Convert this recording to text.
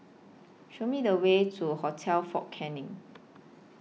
Show Me The Way to Hotel Fort Canning